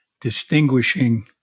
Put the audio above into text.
distinguishing